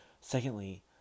Secondly